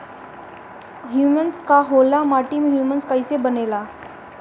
Humus का होला माटी मे ह्यूमस कइसे बनेला?